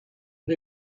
but